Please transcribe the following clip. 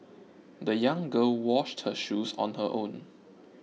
the young girl washed her shoes on her own